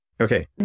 Okay